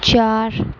چار